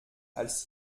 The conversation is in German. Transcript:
als